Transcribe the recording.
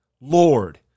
Lord